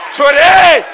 today